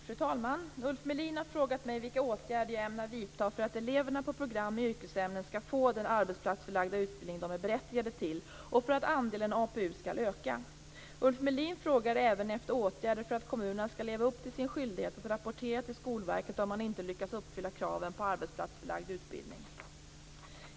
Fru talman! Ulf Melin har frågat mig vilka åtgärder jag ämnar vidta för att eleverna på program med yrkesämnen skall få den arbetsplatsförlagda utbildning de är berättigade till, och för att andelen APU skall öka. Ulf Melin frågar även efter åtgärder för att kommunerna skall leva upp till sin skyldighet att rapportera till Skolverket om de inte lyckas uppfylla kraven på arbetsplatsförlagd utbildning.